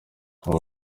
aba